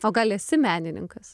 o gal esi menininkas